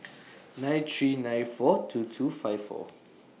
nine three nine four two two five four